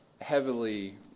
heavily